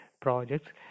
projects